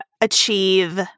achieve